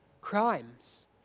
crimes